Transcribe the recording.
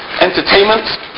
Entertainment